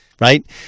right